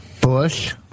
Bush